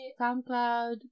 SoundCloud